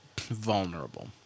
vulnerable